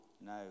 no